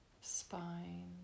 spine